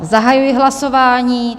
Zahajuji hlasování.